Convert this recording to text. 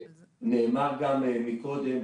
נאמר גם מקודם,